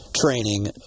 training